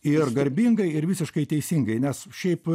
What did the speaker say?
ir garbingai ir visiškai teisingai nes šiaip